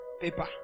paper